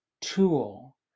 tool